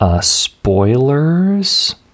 Spoilers